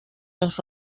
los